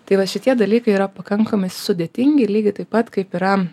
tai va šitie dalykai yra pakankamai sudėtingi lygiai taip pat kaip yra